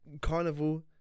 carnival